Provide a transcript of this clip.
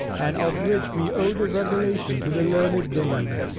and of which we owe the revelation to the learned dane,